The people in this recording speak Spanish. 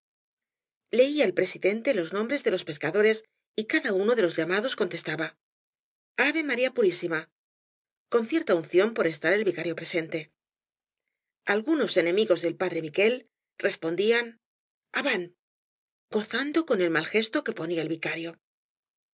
leía el presidente los nombres de los pescadores y cada uno de los llamados contestaba ave maría purísima con cierta unción por estar el vicario presente algunos enemigos del padre míguel respondían javantl gozando con el mal gesto que ponía el vicario